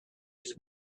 his